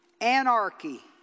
anarchy